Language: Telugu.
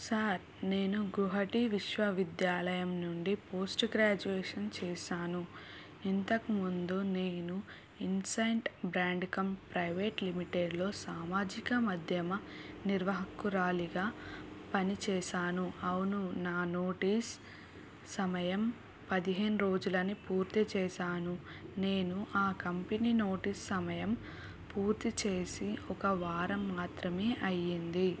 సార్ నేను గుహటీ విశ్వవిద్యాలయం నుండి పోస్ట్ గ్రాజ్యువేషన్ చేశాను ఇంతకు ముందు నేను ఇన్సైన్ట్ బ్రాండ్ కమ్ ప్రైవేట్ లిమిటెడ్లో సామాజిక మధ్యమ నిర్వహకురాలిగా పని చేశాను అవును నా నోటీస్ సమయం పదిహేను రోజులని పూర్తి చేశాను నేను ఆ కంపెనీ నోటీస్ సమయం పూర్తి చేసి ఒక వారం మాత్రమే అయ్యింది